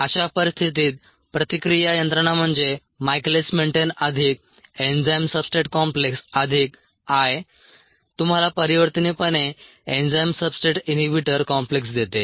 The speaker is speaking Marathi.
अशा परिस्थितीत प्रतिक्रिया यंत्रणा म्हणजे मायकेलीस मेन्टेन अधिक एन्झाइम सबस्ट्रेट कॉम्प्लेक्स अधिक I तुम्हाला परिवर्तनीयपणे एन्झाइम सबस्ट्रेट इनहिबिटर कॉम्प्लेक्स देते